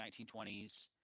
1920s